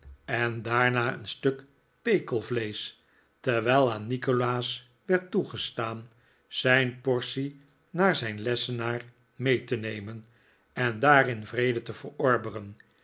en daarna een stuk pekelvleesch terwijl aan nikolaas werd toegestaan zijn portie naar zijn lessenaar mee te nemen en daar in vrede te verorberen